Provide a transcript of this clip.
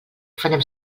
farem